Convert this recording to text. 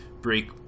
break